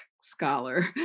scholar